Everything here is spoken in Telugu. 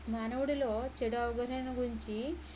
మానవుడిలో చెడు అవగాహన గురించి